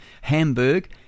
Hamburg